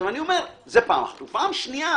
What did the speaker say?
דבר שני,